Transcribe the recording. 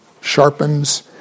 sharpens